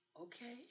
okay